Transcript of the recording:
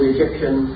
Egyptian